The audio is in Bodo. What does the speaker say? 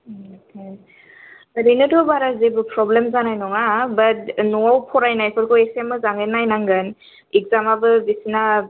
ओरैनोथ' बारा जेबो प्रब्लेम जानाय नङा बाट न'आव फरायनायफोरखौ एसे मोजाङै नायनांगोन एक्जामाबो बिसोरना